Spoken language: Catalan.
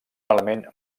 element